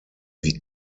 wie